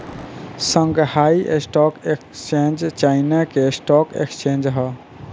Shanghai stock exchange China के stock exchange ह